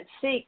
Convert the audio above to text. seek